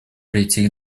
прийти